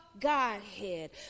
Godhead